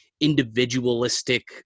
individualistic